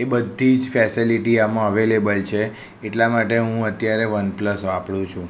એ બધી જ ફેસેલીટી આમાં અવેલેબલ છે એટલા માટે હું અત્યારે વનપ્લસ વાપરું છું